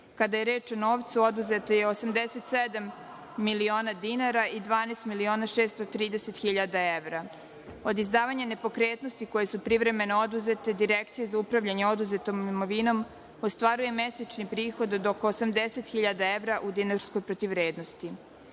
je reč o novcu, oduzeto je 87 miliona dinara i 12.630.000 evra. Od izdavanja nepokretnosti koje su privremeno oduzete Direkcija za upravljanje oduzetom imovinom ostvaruje mesečni prihod od oko 80.000 evra u dinarskoj protivvrednosti. Kako